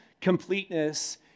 completeness